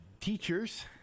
teachers